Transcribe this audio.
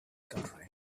country